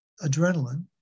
adrenaline